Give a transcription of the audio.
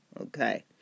Okay